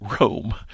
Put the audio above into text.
Rome